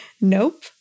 nope